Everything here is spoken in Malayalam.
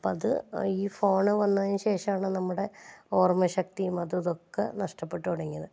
അപ്പോൾ അത് ഈ ഫോൺ വന്നതിനു ശേഷാമാണ് നമ്മുടെ ഓർമ്മ ശക്തിയും അതും ഇതൊക്കെ നഷ്ടപ്പെട്ടു തുടങ്ങിയത്